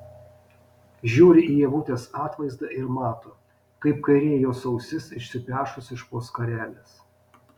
žiūri į ievutės atvaizdą ir mato kaip kairė jos ausis išsipešus iš po skarelės